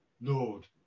lord